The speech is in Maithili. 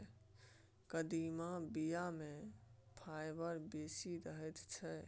कदीमाक बीया मे फाइबर बेसी रहैत छै